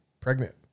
pregnant